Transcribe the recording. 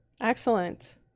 Excellent